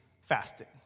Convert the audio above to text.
fasting